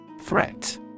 Threat